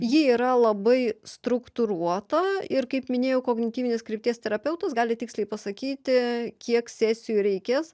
ji yra labai struktūruota ir kaip minėjau kognityvinės krypties terapeutas gali tiksliai pasakyti kiek sesijų reikės